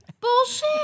Bullshit